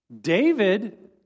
David